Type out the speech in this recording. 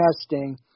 testing